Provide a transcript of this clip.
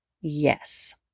yes